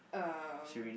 um